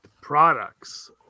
products